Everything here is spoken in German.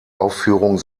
aufführung